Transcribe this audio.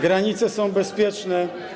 Granice są bezpieczne.